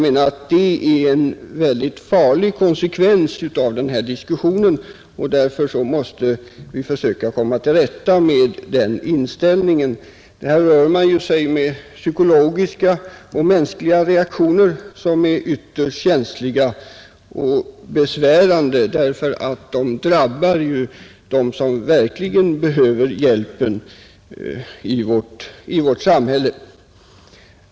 Det är en mycket farlig konsekvens av denna diskussion, och därför måste vi försöka komma till rätta med denna inställning. Här rör man sig med psykologiska och mänskliga reaktioner som är ytterst känsliga och besvärande, eftersom de drabbar dem som verkligen behöver hjälp i vårt samhälle.